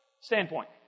standpoint